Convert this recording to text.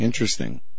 Interesting